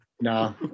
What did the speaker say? No